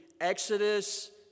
Exodus